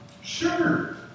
Sure